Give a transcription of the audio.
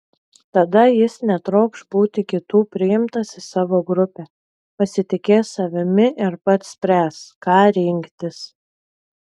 tada jis netrokš būti kitų priimtas į savo grupę pasitikės savimi ir pats spręs ką rinktis